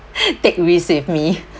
take risk with me